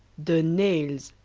de nayles